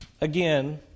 again